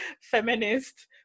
feminist